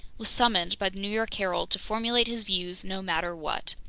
was summoned by the new york herald to formulate his views no matter what.